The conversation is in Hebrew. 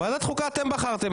בוועדת החוקה אתם בחרתם אותם.